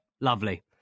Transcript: Lovely